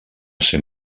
ser